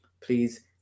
please